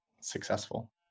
successful